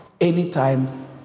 Anytime